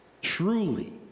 Truly